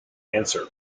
answer